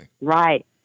Right